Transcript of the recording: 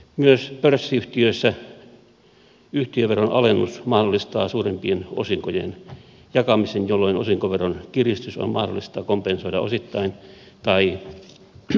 myös pörssiyhtiöissä yhtiöveron alennus mahdollistaa suurempien osinkojen jakamisen jolloin osinkoveron kiristys on mahdollista kompensoida osittain tai kokonaan